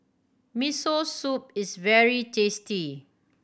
Miso Soup is very tasty